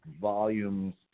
volumes